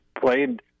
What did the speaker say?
played